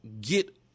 get